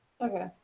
Okay